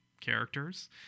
characters